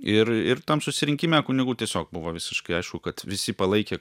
ir ir tam susirinkime kunigų tiesiog buvo visiškai aišku kad visi palaikė